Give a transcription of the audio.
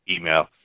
email